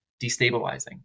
destabilizing